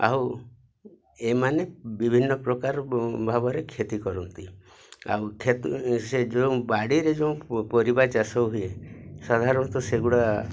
ଆଉ ଏମାନେ ବିଭିନ୍ନ ପ୍ରକାର ଭାବରେ କ୍ଷତି କରନ୍ତି ଆଉ କ୍ଷେତ ସେ ଯେଉଁ ବାଡ଼ିରେ ଯେଉଁ ପରିବା ଚାଷ ହୁଏ ସାଧାରଣତଃ ସେଗୁଡ଼ା